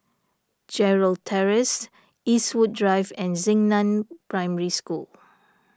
Gerald Terrace Eastwood Drive and Xingnan Primary School